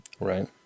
Right